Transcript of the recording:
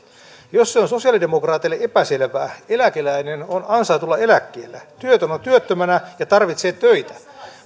jos se on sosialidemokraateille epäselvää eläkeläinen on ansaitulla eläkkeellä työtön on työttömänä ja tarvitsee töitä